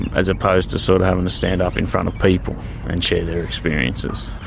as opposed to so to having to stand up in front of people and share their experiences.